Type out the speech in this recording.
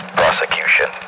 prosecution